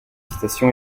station